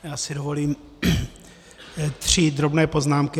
Já si dovolím tři drobné poznámky.